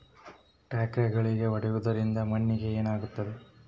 ಟ್ರಾಕ್ಟರ್ಲೆ ಗಳೆ ಹೊಡೆದಿದ್ದರಿಂದ ಮಣ್ಣಿಗೆ ಏನಾಗುತ್ತದೆ?